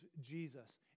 Jesus